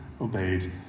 obeyed